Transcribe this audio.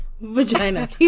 vagina